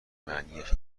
معنیاش